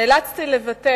"נאלצתי לוותר